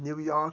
New York